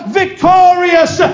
victorious